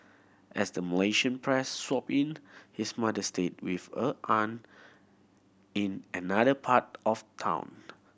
as the Malaysian press swooped in his mother stayed with a aunt in another part of town